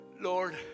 Lord